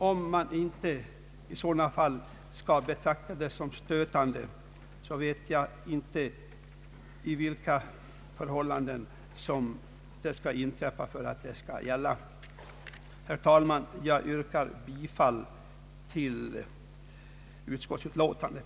Om inte detta kan betraktas som stötande vet inte jag vad som är stötande. Herr talman! Jag ber att få yrka bifall till utskottets hemställan.